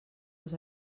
nos